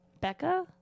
Becca